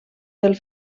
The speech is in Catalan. del